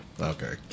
Okay